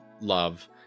love